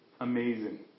amazing